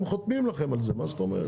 הם חותמים לכם על זה, מה זאת אומרת?